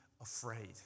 afraid